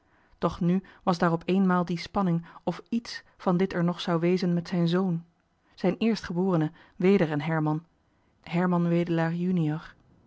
doch nu was daar op eenmaal die spanning of iets van dit er nog zou wezen met zijnen zoon zijn eerstgeborene weder een herman herman wedelaar jr